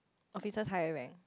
officers higher rank